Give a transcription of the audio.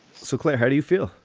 so clear. how do you feel?